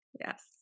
Yes